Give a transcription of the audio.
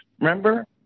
Remember